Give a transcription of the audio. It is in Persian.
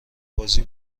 بازی